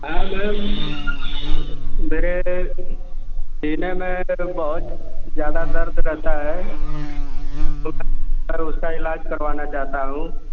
हाँ मैम मेरे सीने में बहुत ज्यादा दर्द रहता है तो उसका इलाज करवाना चाहता हूँ